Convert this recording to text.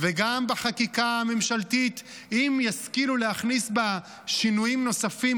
וגם בחקיקה ממשלתית אם ישכילו להכניס בה שינויים נוספים